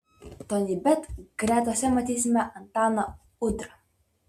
tonybet gretose matysime antaną udrą